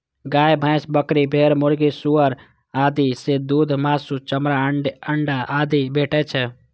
गाय, भैंस, बकरी, भेड़, मुर्गी, सुअर आदि सं दूध, मासु, चमड़ा, अंडा आदि भेटै छै